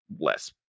less